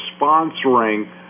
sponsoring